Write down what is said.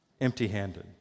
empty-handed